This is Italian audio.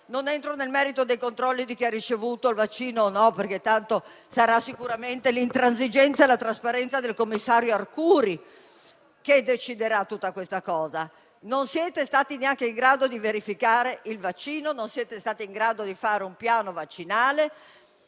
Non entro nel merito dei controlli su chi ha ricevuto il vaccino e chi no, perché saranno sicuramente l'intransigenza e la trasparenza del commissario Arcuri a definire la questione. Non siete stati neanche in grado di verificare il vaccino, né di fare un piano vaccinale.